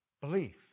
belief